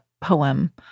poem